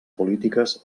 polítiques